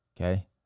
Okay